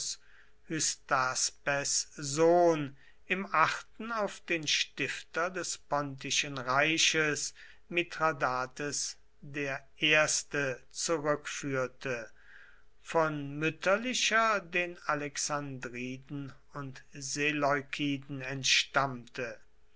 sohn im achten auf den stifter des pontischen reiches mithradates i zurückführte von mütterlicher den alexandriden und seleukiden entstammte